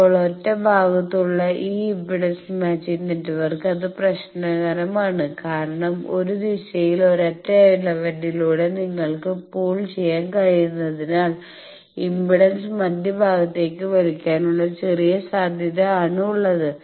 ഇപ്പോൾ ഒരൊറ്റ ഭാഗമുള്ള ഈ ഇംപെഡൻസ് മാച്ചിങ് നെറ്റ്വർക്ക് അത് പ്രശ്നകരമാണ് കാരണം 1 ദിശയിൽ ഒരൊറ്റ എലമെന്റ്റിലൂടെ നിങ്ങൾക്ക് പൂൾ ചെയ്യാൻ കഴിയുന്നതിനാൽ ഇംപെഡൻസ് മധ്യഭാഗത്തേക്ക് വലിക്കാനുള്ള ചെറിയ സാധ്യത ആണ് ഉള്ളത്